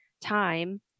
time